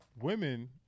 Women